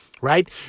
right